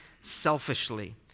selfishly